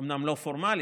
אומנם לא פורמלית,